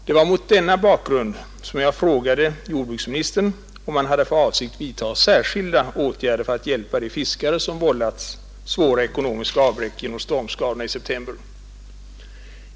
Det var mot denna bakgrund som jag frågade jordbruksministern, om han hade för avsikt att vidta särskilda åtgärder för att hjälpa de fiskare som vållats svåra ekonomiska avbräck genom stormskadorna i september.